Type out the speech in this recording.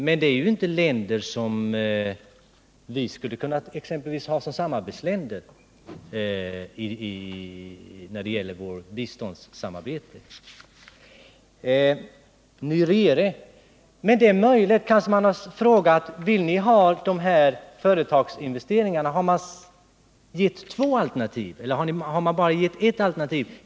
Men det är ju inte länder som vi skulle kunna ha som samarbetsländer när det gäller vårt biståndssamarbete. Det är möjligt att man har frågat vissa samarbetsländer: ”Vill ni ha de här företagsinvesteringarna?” Man har bara gett ett alternativ.